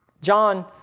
John